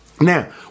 Now